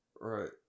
Right